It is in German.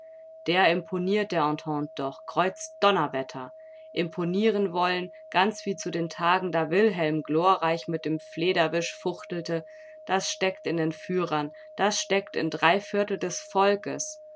der imponiert der entente doch kreuzdonnerwetter imponieren wollen ganz wie zu den tagen da wilhelm glorreich mit dem flederwisch fuchtelte das steckt in den führern das steckt in dreiviertel des volkes